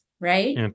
right